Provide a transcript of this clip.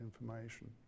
information